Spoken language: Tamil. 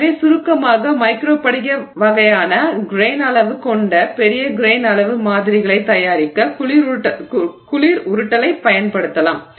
எனவே சுருக்கமாக மைக்ரோபடிக வகையான கிரெய்ன் அளவு கொண்ட பெரிய கிரெய்ன் அளவு மாதிரிகளைத் தயாரிக்க குளிர் உருட்டலைப் பயன்படுத்தலாம்